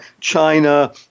China